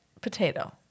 potato